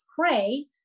pray